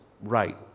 right